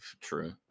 True